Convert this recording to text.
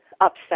upset